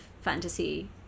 fantasy